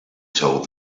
told